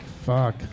Fuck